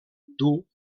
dur